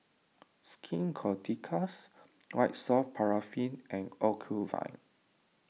Skin Ceuticals White Soft Paraffin and Ocuvite